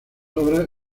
obras